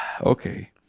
Okay